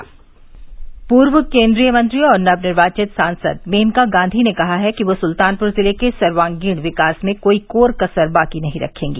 मेनका गांधी पूर्व केन्द्रीय मंत्री और नवनिर्वाचित सांसद मेनका गांधी ने कहा है कि वह सुल्तानपुर जिले के सर्वागीण विकास में कोई कोर कसर बाकी नहीं रखेंगी